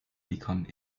become